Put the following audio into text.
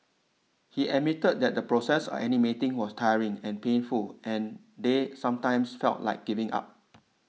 he admitted that the process of animating was tiring and painful and they sometimes felt like giving up